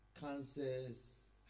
cancers